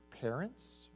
parents